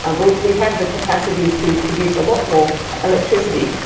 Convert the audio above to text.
um but we have the capacity to produce a lot more electricity.